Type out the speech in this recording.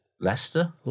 Leicester